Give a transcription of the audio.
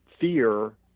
fear